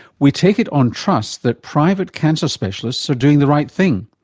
we take it on trust that private cancer specialists are doing the right thing,